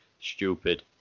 Stupid